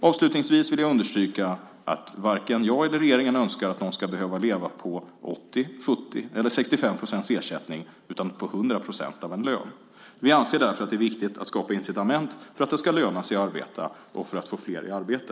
Avslutningsvis vill jag understryka att varken jag eller regeringen önskar att någon ska behöva leva på 80, 70 eller 65 procents ersättning, utan på 100 procent av en lön. Vi anser därför att det är viktigt att skapa incitament för att det ska löna sig att arbeta och för att få fler i arbete.